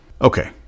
Okay